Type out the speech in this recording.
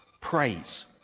praise